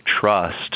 trust